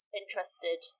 interested